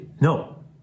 No